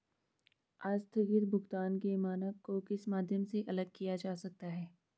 आस्थगित भुगतान के मानक को किस माध्यम से अलग किया जा सकता है?